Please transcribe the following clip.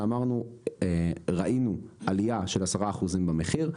ראינו עלייה של 10% במחיר.